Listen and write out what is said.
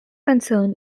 concern